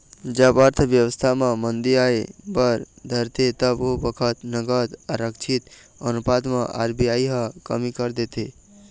जब अर्थबेवस्था म मंदी आय बर धरथे तब ओ बखत नगद आरक्छित अनुपात म आर.बी.आई ह कमी कर देथे